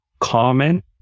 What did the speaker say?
common